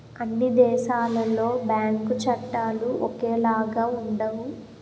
అన్ని దేశాలలో బ్యాంకు చట్టాలు ఒకేలాగా ఉండవు